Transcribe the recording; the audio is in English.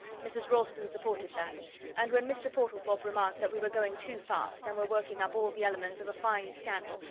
mrs. ralston supported that and when mr. portlethorpe remarked that we were going too fast, and were working up all the elements of a fine scandal,